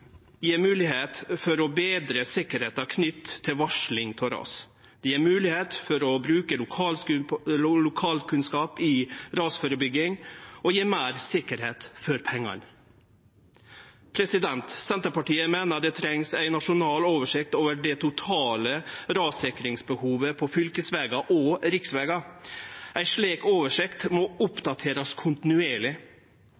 gjev moglegheit til å betre sikkerheita knytt til varsling av ras. Det gjev moglegheit for å bruke lokalkunnskap i rasførebygging og gjev meir sikkerheit for pengane. Senterpartiet meiner det trengst ei nasjonal oversikt over det totale rassikringsbehovet på fylkesvegar og riksvegar. Ei slik oversikt må